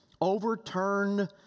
overturned